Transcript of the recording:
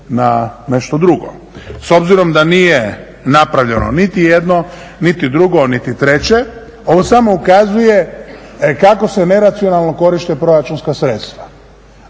na nešto drugo. S obzirom da nije napravljeno niti jedno, niti drugo, niti treće, ovo samo ukazuje kako se neracionalno koriste proračunska sredstva.